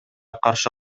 каршы